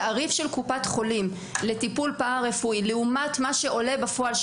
התעריף של קופת חולים לטיפול פרא-רפואי לעומת מה שעולה בפועל,